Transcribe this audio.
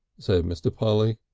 said mr. polly.